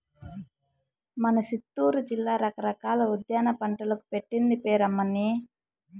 మన సిత్తూరు జిల్లా రకరకాల ఉద్యాన పంటలకు పెట్టింది పేరు అమ్మన్నీ